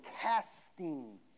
casting